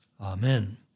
Amen